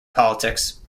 politics